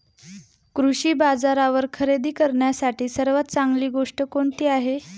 कृषी बाजारावर खरेदी करण्यासाठी सर्वात चांगली गोष्ट कोणती आहे?